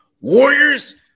Warriors